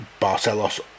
barcelos